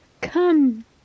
come